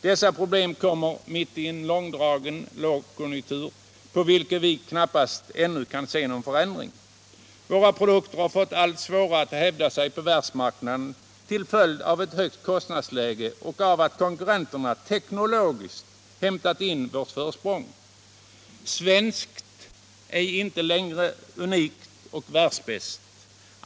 Dessa problem kommer mitt i en långdragen lågkonjunktur, på vilken vi ännu knappast kan se någon förändring. Våra produkter har allt svårare att hävda sig på världsmarknaden till följd av ett högt kostnadsläge och att konkurrenterna teknologiskt hämtat in vårt försprång. Svenskt är inte längre unikt och ”världsbäst”.